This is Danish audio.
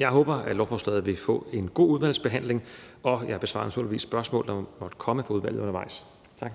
Jeg håber, at lovforslaget vil få en god udvalgsbehandling, og jeg besvarer naturligvis de spørgsmål, der måtte komme fra udvalget undervejs. Tak.